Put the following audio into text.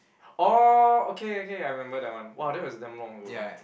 orh okay okay I remember that one !wah! that was damn long ago eh